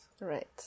Right